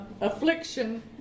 affliction